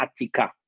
Atika